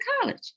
college